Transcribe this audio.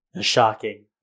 shocking